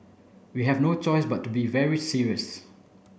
we have no choice but to be very serious